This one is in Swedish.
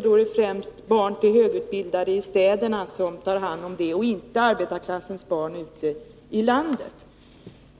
0,6 per barn och år, och då är det främst barn till högutbildade föräldrar i städerna som kommer i fråga och inte arbetarklassens barn ute i landet.